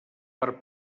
per